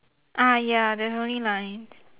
ah ya there's only lines